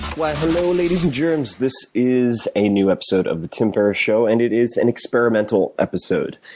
why, hello ladies and germs. this is a new episode of the tim ferris show and it is an experimental episode.